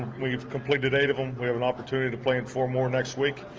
we've completed eight of them, we have an opportunity to play in four more next week,